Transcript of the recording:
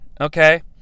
okay